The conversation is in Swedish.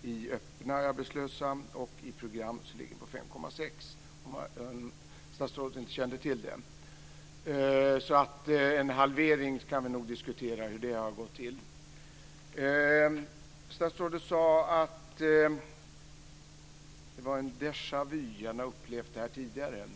den öppna arbetslösheten och dem som befinner sig i åtgärder. Den öppna arbetslösheten är 6,5 % och 5,6 % finns i program, om statsrådet inte kände till det. Vi kan nog därför diskutera hur en halvering har gått till. Statsrådet sade att det var en déjà vu-upplevelse, att han har upplevt det här tidigare.